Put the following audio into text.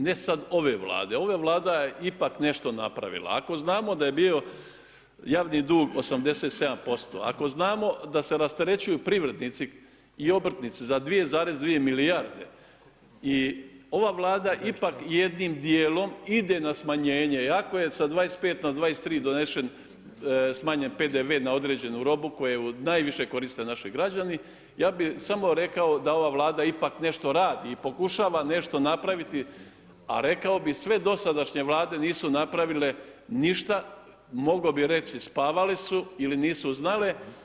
Ne sad ove Vlada, ova Vlada je ipak nešto napravila ako znamo da je bio javni dug 87%, ako znamo da se rasterećuju privrednici i obrtnici za 2,2 milijarde i ova Vlada ipak jednim djelom ide na smanjenje, ako je sa 25 na 23 smanjen PDV na određenu robu koju najviše koriste naši građani, ja bi samo rekao da ova Vlada ipak nešto radi i pokušava nešto napraviti a rekao bi sve dosadašnje Vlade nisu napravile ništa, mogao bi reći spavale su ili nisu znale.